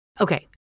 Okay